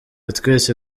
twese